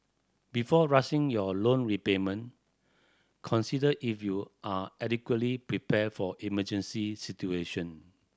before rushing your loan repayment consider if you are adequately prepared for emergency situation